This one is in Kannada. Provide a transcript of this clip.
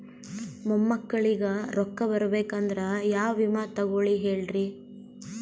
ಮೊಮ್ಮಕ್ಕಳಿಗ ರೊಕ್ಕ ಬರಬೇಕಂದ್ರ ಯಾ ವಿಮಾ ತೊಗೊಳಿ ಹೇಳ್ರಿ?